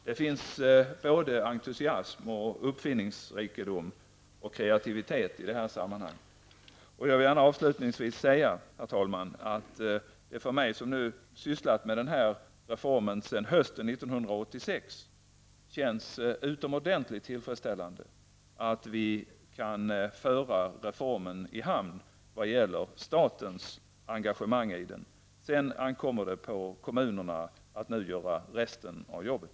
Det finns både entusiasm, uppfinningsrikedom och kreativitet i detta sammanhang. Herr talman! Jag vill avslutningsvis gärna säga att det för mig som har sysslat med denna reform sedan hösten 1986 känns utomordentligt tillfredsställande att vi kan föra reformen i hamn när det gäller statens engagemang i den. Sedan ankommer det på kommunerna att göra resten av jobbet.